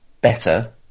better